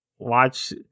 Watch